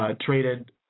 traded